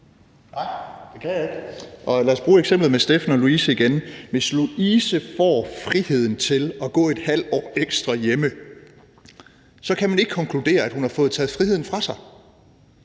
Nej, det kan jeg ikke. Og lad os bruge eksemplet med Steffen og Louise igen. Hvis Louise får friheden til at gå et halvt år ekstra hjemme, så kan man ikke konkludere, at hun har fået taget friheden fra sig.